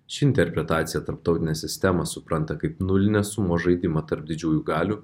ši interpretacija tarptautinę sistemą supranta kaip nulinės sumos žaidimą tarp didžiųjų galių